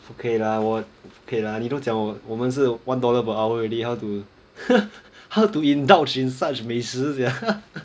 不可以 lah 我不可以 lah 你都讲我们是 one dollar per hour already how to how to indulge in such 美食 sia